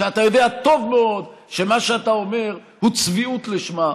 כשאתה יודע טוב מאוד שמה שאתה אומר הוא צביעות לשמה,